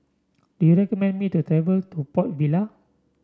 do you recommend me to travel to Port Vila